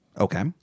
Okay